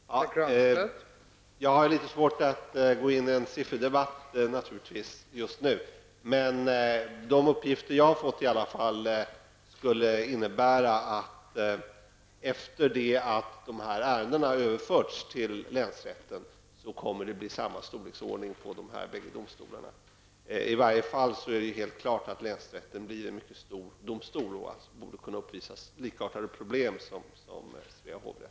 Herr talman! Jag har naturligtvis litet svårt att just nu gå in på en sifferdebatt, men enligt de uppgifter som jag har fått skulle det bli samma storleksordning på de bägge domstolarna efter det att överföringen av ärenden till länsrätten har skett. I varje fall är det helt klart att länsrätten blir en mycket stor domstol och alltså borde uppvisa likartade problem som Svea hovrätt.